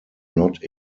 not